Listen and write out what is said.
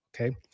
okay